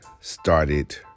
started